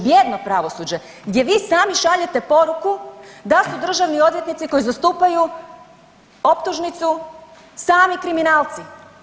Bijedno pravosuđe gdje vi sami šaljete poruku da su državni odvjetnici koji zastupaju optužnicu sami kriminalci.